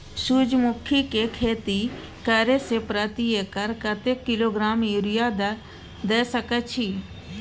सूर्यमुखी के खेती करे से प्रति एकर कतेक किलोग्राम यूरिया द सके छी?